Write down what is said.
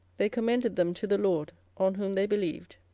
they commended them to the lord, on whom they believed.